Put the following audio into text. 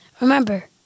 Remember